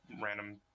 random